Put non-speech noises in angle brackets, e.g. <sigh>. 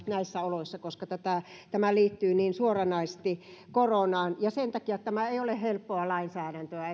<unintelligible> näissä oloissa koska tämä liittyy niin suoranaisesti koronaan sen takia tämä ei ole helppoa lainsäädäntöä <unintelligible>